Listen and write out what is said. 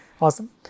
Awesome